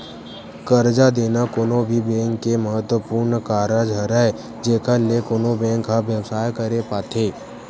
करजा देना कोनो भी बेंक के महत्वपूर्न कारज हरय जेखर ले कोनो बेंक ह बेवसाय करे पाथे